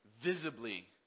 visibly